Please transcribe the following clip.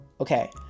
Okay